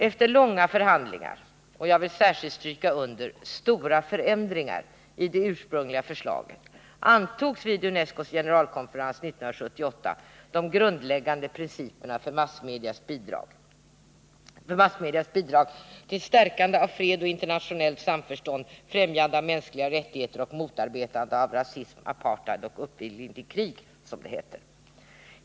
Efter långa förhandlingar och — som jag särskilt vill understryka — stora förändringar i det ursprungliga förslaget antogs vid UNESCO:s generalkonferens år 1978 de grundläggande principerna för massmedias bidrag till som det heter stärkande av fred och internationellt samförstånd, främjande av mänskliga rättigheter och motarbetande av rasism, apartheid och uppvigling till krig.